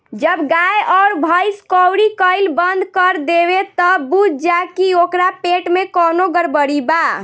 जब गाय अउर भइस कउरी कईल बंद कर देवे त बुझ जा की ओकरा पेट में कवनो गड़बड़ी बा